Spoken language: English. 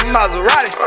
Maserati